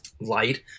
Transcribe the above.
light